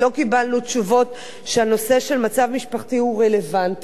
ולא קיבלנו תשובות שהנושא של מצב משפחתי הוא רלוונטי.